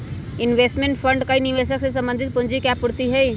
investment fund कई निवेशक से संबंधित पूंजी के आपूर्ति हई